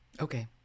Okay